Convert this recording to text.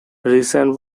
recent